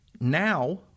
Now